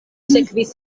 sekvis